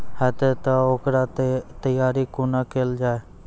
हेतै तअ ओकर तैयारी कुना केल जाय?